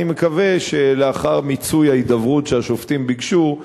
אני מקווה שלאחר מיצוי ההידברות שהשופטים ביקשו,